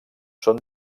són